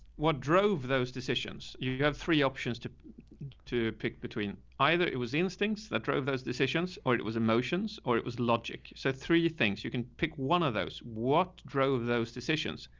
what drove those decisions? you have three options to to pick between. either it was the instincts that drove those decisions, or it it was emotions or it was logic. so three things you can pick one of those. what drove those decisions.